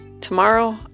Tomorrow